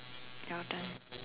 your turn